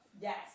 Yes